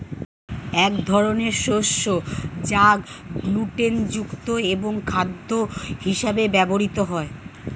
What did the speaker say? এক ধরনের শস্য যা গ্লুটেন মুক্ত এবং খাদ্য হিসেবে ব্যবহৃত হয়